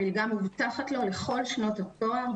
המלגה מובטחת לו לכל שנות התואר,